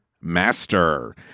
master